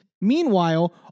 meanwhile